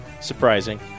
surprising